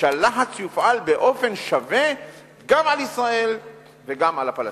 שהלחץ יופעל באופן שווה גם על ישראל וגם על הפלסטינים?